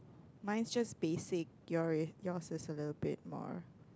mine's just basic your your is a little bit more